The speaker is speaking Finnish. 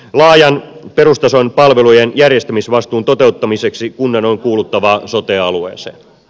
laajan perustason palvelujen järjestämisvastuun toteuttamiseksi kunnan on kuuluttava sote alueeseen